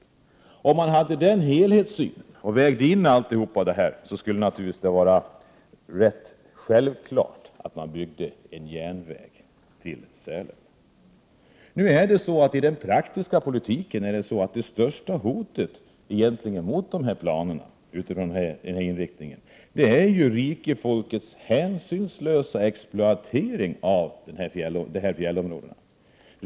Hade man en helhetssyn, där allt detta vägdes in, skulle det naturligtvis vara rätt självklart att man byggde en järnväg till Sälen. Nu är, i den praktiska politiken, det största hotet mot dessa planer rikefolkets hänsynslösa exploatering av dessa fjällområden.